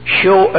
show